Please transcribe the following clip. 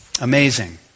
Amazing